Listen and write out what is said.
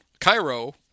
Cairo